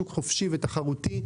שוק חופשי ותחרותי,